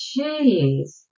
Jeez